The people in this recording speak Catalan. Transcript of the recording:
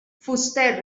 fuster